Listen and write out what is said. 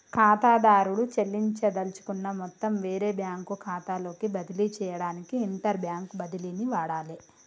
ఖాతాదారుడు చెల్లించదలుచుకున్న మొత్తం వేరే బ్యాంకు ఖాతాలోకి బదిలీ చేయడానికి ఇంటర్బ్యాంక్ బదిలీని వాడాలే